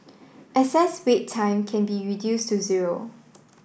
excess Wait Time can be reduced to zero